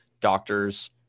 doctors